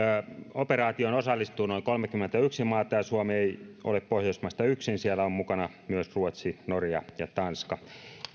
operaatioon osallistuu noin kolmekymmentäyksi maata suomi ei ole pohjoismaista yksin siellä on mukana myös ruotsi norja ja tanska